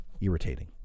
Irritating